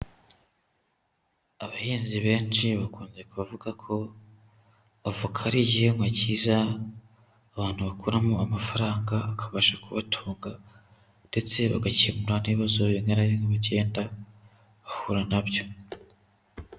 Abahinzi benshi bakunze kuvuga ko avoka ari igihingwa cyiza abantu bakuramo amafaranga akabasha kubatunga ndetse bagakemura n'ibibazo bimwe na bimwe bagenda bahura na byo.